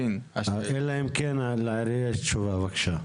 אלא אם כן לעירייה יש תשובה, בבקשה.